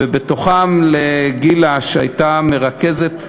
ובתוכם לגילה, שהייתה מרכזת הוועדה,